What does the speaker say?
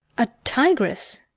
a tigress?